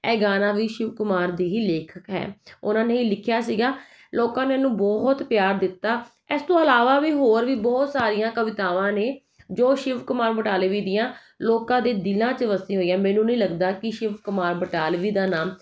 ਇਹ ਗਾਣਾ ਵੀ ਸ਼ਿਵ ਕੁਮਾਰ ਦੀ ਹੀ ਲੇਖਕ ਹੈ ਉਹਨਾਂ ਨੇ ਹੀ ਲਿਖਿਆ ਸੀਗਾ ਲੋਕਾਂ ਨੇ ਇਹਨੂੰ ਬਹੁਤ ਪਿਆਰ ਦਿੱਤਾ ਇਸ ਤੋਂ ਇਲਾਵਾ ਵੀ ਹੋਰ ਵੀ ਬਹੁਤ ਸਾਰੀਆਂ ਕਵਿਤਾਵਾਂ ਨੇ ਜੋ ਸ਼ਿਵ ਕੁਮਾਰ ਬਟਾਲਵੀ ਦੀਆਂ ਲੋਕਾਂ ਦੇ ਦਿਲਾਂ 'ਚ ਵਸੇ ਹੋਈ ਆ ਮੈਨੂੰ ਨਹੀਂ ਲੱਗਦਾ ਕਿ ਸ਼ਿਵ ਕੁਮਾਰ ਬਟਾਲਵੀ ਦਾ ਨਾਮ